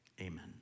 amen